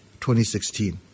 2016